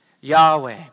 Yahweh